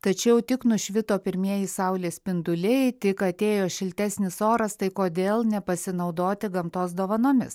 tačiau tik nušvito pirmieji saulės spinduliai tik atėjo šiltesnis oras tai kodėl nepasinaudoti gamtos dovanomis